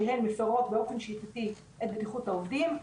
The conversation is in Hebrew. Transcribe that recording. שהן מפרות באופן שיטתי את בטיחות העובדים.